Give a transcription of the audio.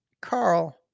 Carl